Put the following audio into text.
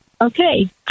Okay